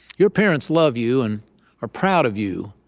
your parents love you and are proud of you.